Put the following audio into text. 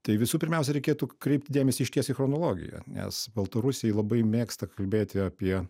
tai visų pirmiausia reikėtų kreipti dėmesį išties į chronologiją nes baltarusiai labai mėgsta kalbėti apie